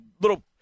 little